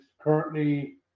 currently